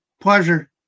Pleasure